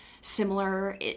similar